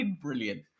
brilliant